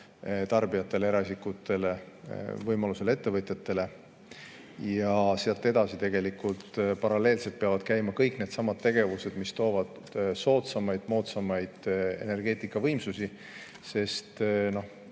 tarbijatele, eraisikutele, võimalusel ka ettevõtjatele. Ja sealt edasi tegelikult paralleelselt peavad käima kõik needsamad tegevused, mis toovad soodsamaid‑moodsamaid energeetikavõimsusi. Sest veel